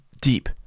deep